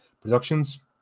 productions